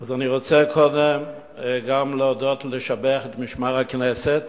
אז אני רוצה קודם גם להודות ולשבח את משמר הכנסת